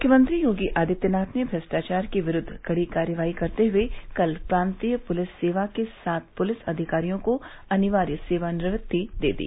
मुख्यमंत्री योगी आदित्यनाथ ने भ्रष्टाचार के विरूद्व कड़ी कार्रवाई करते हुए कल प्रांतीय पुलिस सेवा के सात पुलिस अधिकारियों को अनिवार्य सेवानिवृत्ति दे दी